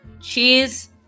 Cheers